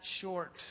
short